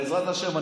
בעזרת השם,